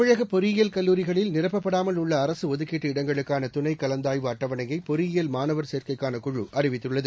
தமிழகப் பொறியியில் கல்லூரிகளில் நிரப்பப்படாமல் உள்ள அரசு ஒதுக்கீட்டு இடங்களுக்கான துணை கலந்தாய்வு அட்டவணையை பொறியியல் மாணவர் சேர்க்கைக்கான குழு அறிவித்துள்ளது